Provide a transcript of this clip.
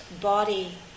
body